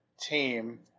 team